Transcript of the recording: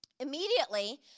Immediately